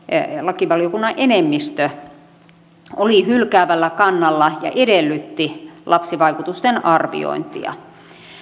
lakivaliokunnan enemmistö oli hylkäävällä kannalla ja edellytti lapsivaikutusten arviointia